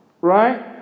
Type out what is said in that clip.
Right